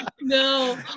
No